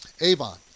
Avon